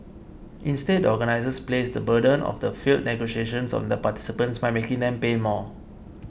instead the organisers placed the burden of the failed negotiations on the participants by making them pay more